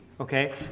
okay